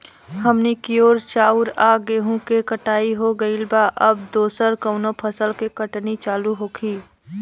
हमनी कियोर चाउर आ गेहूँ के कटाई हो गइल बा अब दोसर कउनो फसल के कटनी चालू होखि